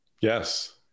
Yes